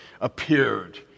appeared